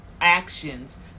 actions